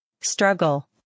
struggle